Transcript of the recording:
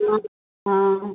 हां हां